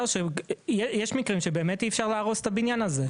יש מקרים שבאמת אי אפשר להרוס את הבניין הזה.